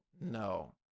no